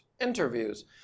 interviews